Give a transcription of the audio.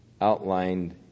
outlined